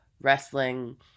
wrestling